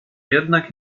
jednak